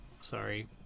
sorry